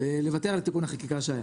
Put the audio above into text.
נבטל את תיקון החקיקה שהיה.